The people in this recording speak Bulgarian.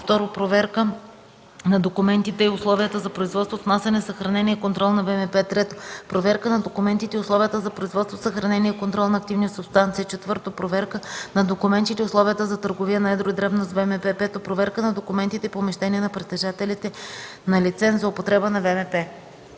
2. проверка на документите и условията за производство, внасяне, съхранение и контрол на ВМП; 3. проверка на документите и условията за производство, съхранение и контрол на активни субстанции; 4. проверка на документите и условията за търговия на едро и дребно с ВМП; 5. проверка на документите и помещенията на притежателите на лиценз за употреба на ВМП.”